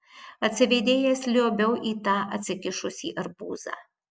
atsivėdėjęs liuobiau į tą atsikišusį arbūzą